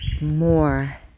more